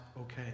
okay